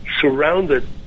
surrounded